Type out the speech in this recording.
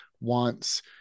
wants